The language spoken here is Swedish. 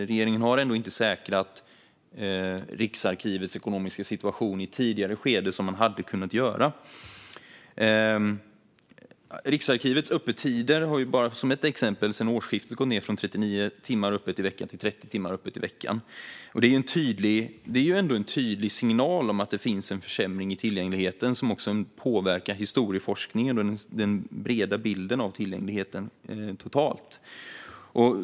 Regeringen har inte säkrat Riksarkivets ekonomiska situation i ett tidigare skede, vilket man hade kunnat göra. Riksarkivets öppettider har, bara som ett exempel, sedan årsskiftet gått ned från 39 timmar i veckan till 30 timmar i veckan. Det är en tydlig signal om att det finns en försämring i tillgängligheten som också påverkar historieforskningen och den breda bilden av tillgängligheten totalt.